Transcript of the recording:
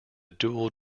dual